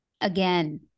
Again